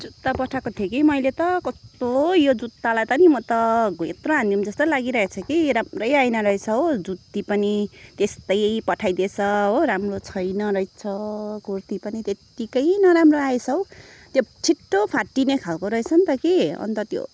जुत्ता पठाएको थिएँ कि मैले त कस्तो यो जुत्तालाई त नि म त घुएत्रो हान्दिउँ जस्तो लागिरहेको छ कि राम्रै आएन रहेछ हो जुत्ती पनि त्यस्तै पठाइदिएछ हो राम्रो छैन रहेछ कुर्ती पनि त्यत्तिकै नराम्रो आएछ हौ त्यो छिट्टो फाटिने खालको रहेछ नि त कि अन्त त्यो